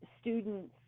students